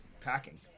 packing